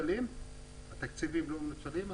התקציבים לא מנוצלים?